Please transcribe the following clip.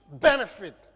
benefit